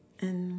and